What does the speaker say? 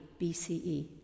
BCE